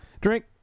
Drink